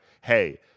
hey